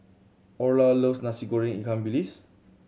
Orla loves Nasi Goreng ikan bilis